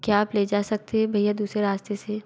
क्या आप ले जा सकते हे भैया दूसरे रास्ते से